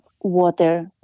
water